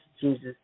Jesus